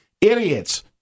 idiots